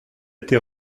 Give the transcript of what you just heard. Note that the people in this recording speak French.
été